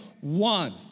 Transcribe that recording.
one